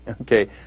Okay